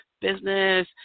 business